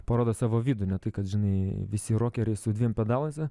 parodo savo vidų ne tai kad žinai visi rokeriai su dviem pedalais